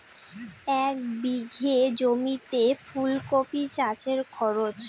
এক বিঘে জমিতে ফুলকপি চাষে খরচ?